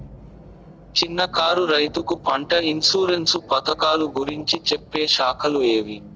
చిన్న కారు రైతుకు పంట ఇన్సూరెన్సు పథకాలు గురించి చెప్పే శాఖలు ఏవి?